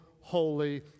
Holy